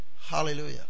Hallelujah